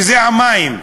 שזה המים.